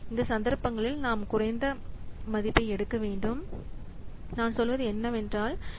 இந்த சந்தர்ப்பங்களில் நாம் மிகக் குறைந்த மதிப்பை எடுக்க வேண்டும் நான் சொல்வது என்னவென்றால் மற்ற மதிப்புகளை புறக்கணிக்க வேண்டும்